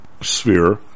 sphere